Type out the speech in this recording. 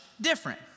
different